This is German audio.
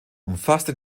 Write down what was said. umfasste